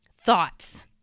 thoughts